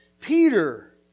Peter